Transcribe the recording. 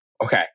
Okay